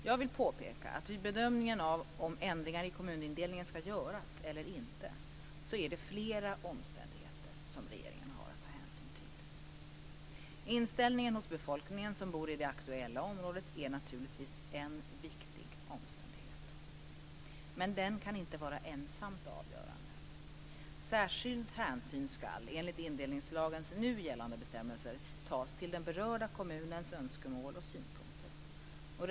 Jag vill påpeka att vid bedömningen av om ändringar i kommunindelningen ska göras eller inte är det flera omständigheter som regeringen har att ta hänsyn till. Inställningen hos befolkningen som bor i det aktuella området är naturligtvis en viktig omständighet. Men den kan inte vara ensamt avgörande. Särskild hänsyn ska, enligt indelningslagens nu gällande bestämmelser, tas till den berörda kommunens önskemål och synpunkter.